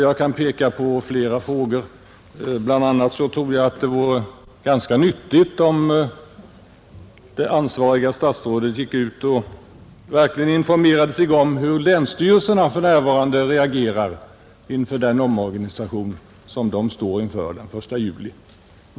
Jag kan peka på flera olika fall. Bl.a, tror jag att det vore nyttigt om det ansvariga statsrådet verkligen informerade sig om hur personalen på länsstyrelserna för närvarande reagerar — inför den omorganisation som skall äga rum den 1 juli.